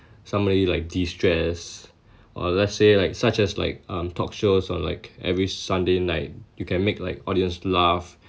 somebody like distress or let's say like such as like um talk shows on like every sunday night you can make like audience laugh